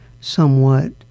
somewhat